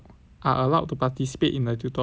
are allowed to participate in the tutorial